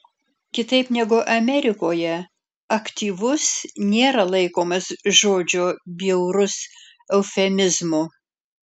kitaip negu amerikoje aktyvus nėra laikomas žodžio bjaurus eufemizmu